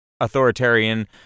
authoritarian